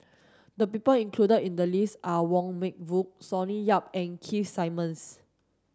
the people included in the list are Wong Meng Voon Sonny Yap and Keith Simmons